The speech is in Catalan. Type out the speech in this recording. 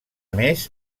més